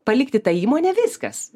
palikti tą įmonę viskas